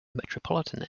metropolitan